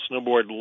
snowboard